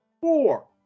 Four